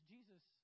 Jesus